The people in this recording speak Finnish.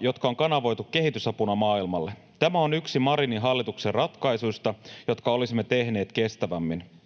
jotka on kanavoitu kehitysapuna maailmalle. Tämä on yksi Marinin hallituksen ratkaisuista, jotka olisimme tehneet kestävämmin.